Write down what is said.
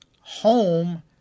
home